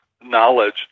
knowledge